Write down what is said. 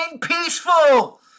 peaceful